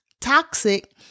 Toxic